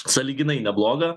sąlyginai neblogą